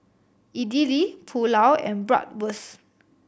Idili Pulao and Bratwurst